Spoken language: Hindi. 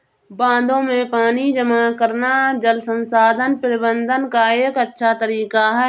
बांधों में पानी जमा करना जल संसाधन प्रबंधन का एक अच्छा तरीका है